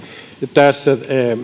tässä